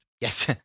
Yes